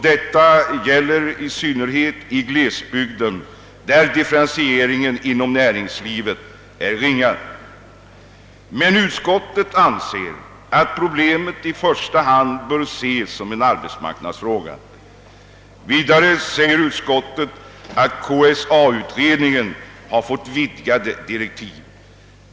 Det gäller i synnerhet i glesbygder, där differentieringen inom näringslivet är ringa. Men utskottet anser att problemet i första hand bör ses som en arbetsmarknadsfråga. Vidare framhåller utskottet att KSA-utredningen har fått vidgade direktiv.